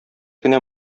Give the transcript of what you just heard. кенә